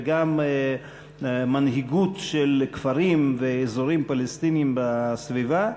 וגם מנהיגות של כפרים ואזורים פלסטיניים בסביבה,